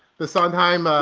the song hymn,